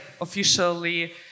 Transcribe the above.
officially